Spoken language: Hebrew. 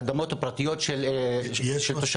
האדמות הפרטיות של תושבים.